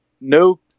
no